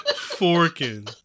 Forking